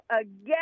again